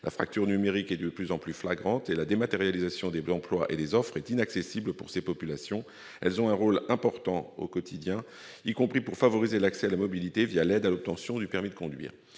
La fracture numérique est de plus en plus flagrante et la dématérialisation des emplois et des offres est inaccessible pour ces populations. Les maisons de l'emploi ont un rôle important à jouer au quotidien, y compris pour favoriser l'accès à la mobilité l'aide à l'obtention du permis de conduire.